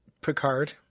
Picard